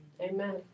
Amen